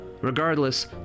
Regardless